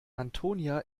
antonia